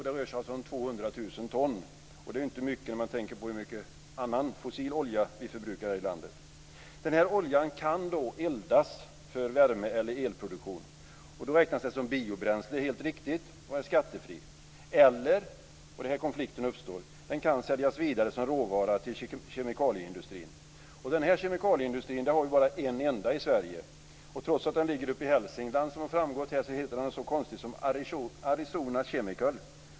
Det rör sig alltså om 200 000 ton, och det är ju inte mycket med tanke på hur mycket annan fossil olja som vi förbrukar här i landet. Denna olja kan eldas för värme eller elproduktion. Då räknas den helt riktigt som biobränsle och är skattefri. Eller också kan den - och det är här som konflikten uppstår - säljas vidare som råvara till kemikalieindustrin. Vi har bara en enda sådan industri i Sverige, och trots att den ligger i Hälsingland heter den någonting så konstigt som Arizona Chemical.